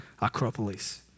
Acropolis